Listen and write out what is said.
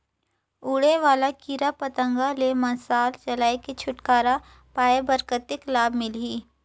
उड़े वाला कीरा पतंगा ले मशाल जलाय के छुटकारा पाय बर कतेक लाभ मिलही?